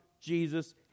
Jesus